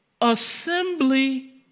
assembly